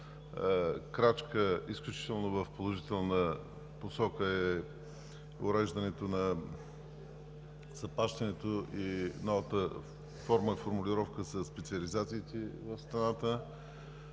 крачка; изключително в положителна посока е уреждането на заплащането, новата форма и формулировка за специализациите в страната.